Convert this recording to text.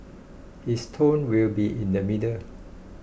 his tone will be in the middle